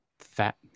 Fat